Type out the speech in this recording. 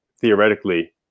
theoretically